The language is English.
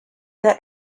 that